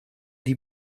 die